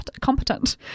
competent